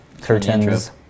Curtains